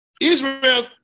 Israel